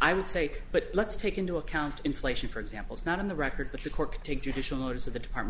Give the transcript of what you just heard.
i would say but let's take into account inflation for example is not in the record but the court to take judicial notice of the department